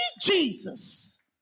Jesus